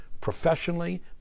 professionally